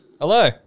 hello